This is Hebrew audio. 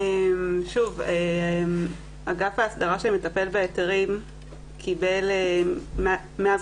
אגף ההסדרה שמטפל בהיתרים קיבל מאז